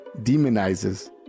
demonizes